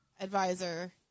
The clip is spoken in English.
advisor